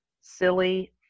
silly